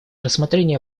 рассмотрение